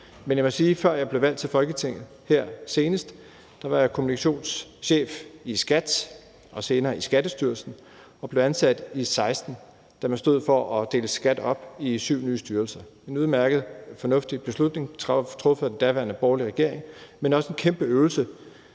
at før jeg blev valgt til Folketinget her senest, var jeg kommunikationschef i SKAT og senere i Skattestyrelsen, og jeg blev ansat i 2016, da man stod foran at skulle dele SKAT op i syv nye styrelser. Det var en udmærket og fornuftig beslutning truffet af den daværende borgerlige regering, men også en kæmpe øvelse,